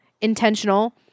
intentional